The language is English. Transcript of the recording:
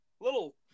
Little